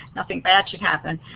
nothing bad should happen.